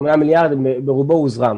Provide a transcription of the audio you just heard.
השמונה מיליארד, ברובו הוזרם.